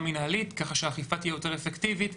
מנהלית ככה שהאכיפה תהיה יותר אפקטיבית,